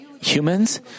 humans